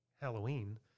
Halloween